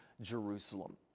Jerusalem